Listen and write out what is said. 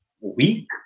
weak